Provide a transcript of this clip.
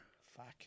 Fuck